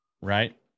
right